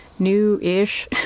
new-ish